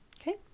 Okay